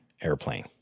airplane